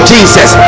Jesus